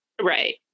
Right